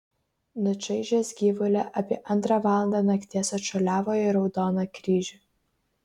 nučaižęs gyvulį apie antrą valandą nakties atšuoliavo į raudoną kryžių